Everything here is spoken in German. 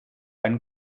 einen